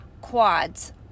quads